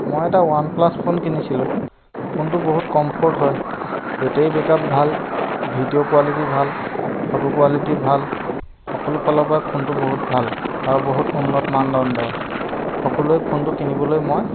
মই এটা one plus phone কিনিছিলোঁ ফোনটো বহুত কমফৰ্ট হয় বেটেৰী বেক আপ ভাল ভিডিঅ' কোৱালিটি ভাল ফটো কোৱালিটি ভাল সকলো ফালৰ পৰাই ফোনটো বহুত ভাল আৰু বহুত উন্নত মানদণ্ডৰ সকলোৱে ফোনটো কিনিবলৈ মই